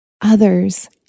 others